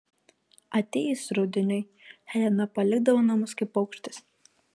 atėjus rudeniui helena palikdavo namus kaip paukštis